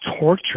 torture